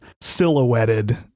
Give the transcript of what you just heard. silhouetted